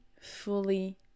fully